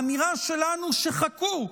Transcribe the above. האמירה שלנו: חכו,